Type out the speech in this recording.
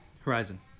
Horizon